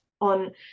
on